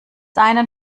einen